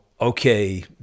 okay